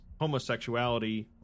homosexuality